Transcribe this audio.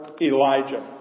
Elijah